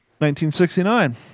1969